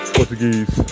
Portuguese